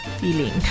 feeling